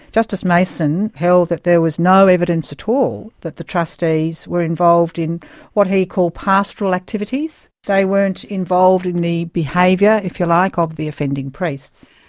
justice mason held that there was no evidence at all that the trustees were involved in what he called pastoral activities. they weren't involved in the behaviour, if you like, of the offending priests.